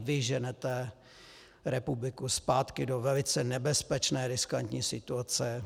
Vy ženete republiku zpátky do velice nebezpečné, riskantní situace.